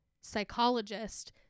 psychologist